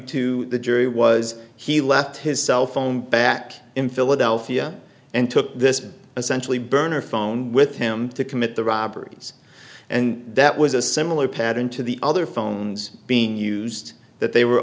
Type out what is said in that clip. to the jury was he left his cell phone back in philadelphia and took this essentially burner phone with him to commit the robberies and that was a similar pattern to the other phones being used that they were